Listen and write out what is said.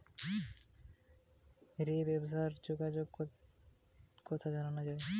সিন্ধু সভ্যতার দ্বিতীয় ধাপে মেসোপটেমিয়ার সাথ রে ব্যবসার যোগাযোগের কথা জানা যায়